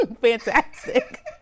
fantastic